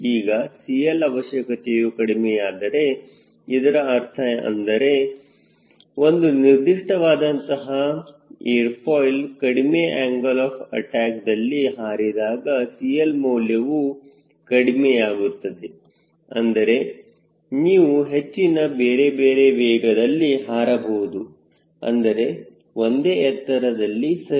ಈಗ CL ಅವಶ್ಯಕತೆಯು ಕಡಿಮೆಯಾದರೆ ಇದರ ಅರ್ಥ ಅಂದರೆ ಒಂದು ನಿರ್ದಿಷ್ಟವಾದಂತಹ ಏರ್ ಫಾಯ್ಲ್ ಕಡಿಮೆ ಆಂಗಲ್ ಆಫ್ ಅಟ್ಯಾಕ್ದಲ್ಲಿ ಹಾರಿದಾಗ CL ಮೌಲ್ಯವು ಕಡಿ ಕಡಿಮೆಯಾಗುತ್ತದೆ ಅಂದರೆ ನೀವು ಹೆಚ್ಚಿನ ಬೇರೆ ಬೇರೆ ವೇಗದಲ್ಲಿ ಹಾರಬಹುದು ಆದರೆ ಒಂದೇ ಎತ್ತರದಲ್ಲಿ ಸರಿ